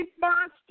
monster